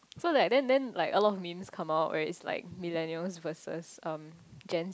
so like then then like a lot of memes come out where it's like millenials versus um gen